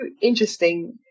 interesting